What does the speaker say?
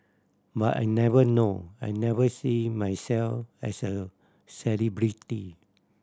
but I never know I never see myself as a celebrity